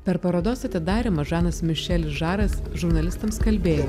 per parodos atidarymą žanas mišelis žaras žurnalistams kalbėjo